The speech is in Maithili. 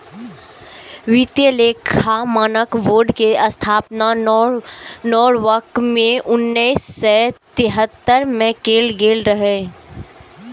वित्तीय लेखा मानक बोर्ड के स्थापना नॉरवॉक मे उन्नैस सय तिहत्तर मे कैल गेल रहै